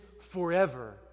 forever